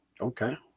Okay